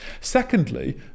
Secondly